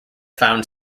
found